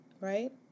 Right